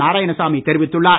நாராயணசாமி தெரிவித்துள்ளார்